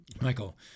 Michael